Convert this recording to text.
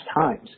times